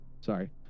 Sorry